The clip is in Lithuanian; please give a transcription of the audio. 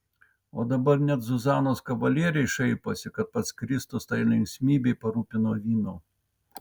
o dabar net zuzanos kavalieriai šaiposi kad pats kristus tai linksmybei parūpino vyno